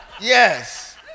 Yes